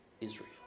Israel